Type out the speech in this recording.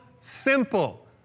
simple